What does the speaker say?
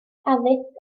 addysg